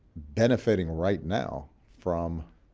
benefiting right now from